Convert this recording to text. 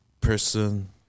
person